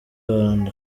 rwanda